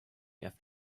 had